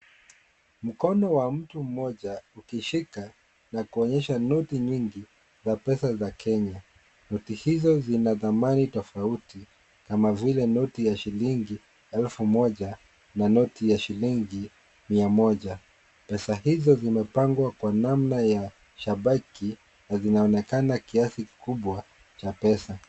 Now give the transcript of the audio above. Mkono wa mtu mmoja ikishika na kuonyesha noti nyingi za pesa za Kenya . Noti hizo zina dhamani tofauti kama vile notinya shilingi elfu moja na noti ya shilingi mia moja. Pesa hizo zimepangwa Kwa namna ya shabaki na zinaonekana kiasi kubwa ya pesa.